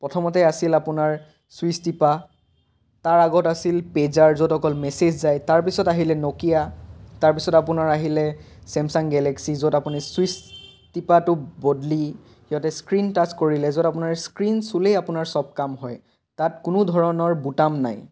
প্ৰথমতে আছিল আপোনাৰ ছুইচ টিপা তাৰ আগত আছিল পেজাৰ য'ত অকল মেছেজ যায় তাৰপিছত আহিলে ন'কিয়া তাৰপিছত আপোনাৰ আহিলে ছেমছাং গেলেক্সি য'ত আপুনি ছুইচ টিপাটো বদলি সিহঁতে স্ক্ৰীণ টাচ্ছ কৰিলে য'ত আপোনাৰ স্ক্ৰীণ চুলেই আপোনাৰ চব কাম হয় তাত কোনো ধৰণৰ বুটাম নাই